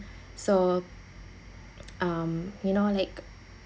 so um you know like